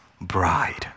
bride